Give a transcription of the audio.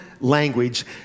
language